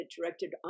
directed